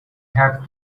have